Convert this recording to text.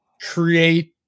Create